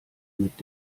mit